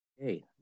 okay